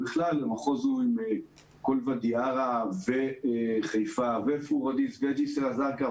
המחוז הוא עם כל ואדי ערה וחיפה ופורדיס וג'סר א-זרקא.